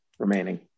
remaining